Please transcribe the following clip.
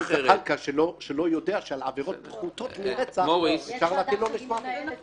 זחאלקה שלא יודע שעל עבירות פחותות מרצח אפשר לתת עונש